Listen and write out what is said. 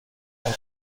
اون